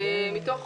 מתוך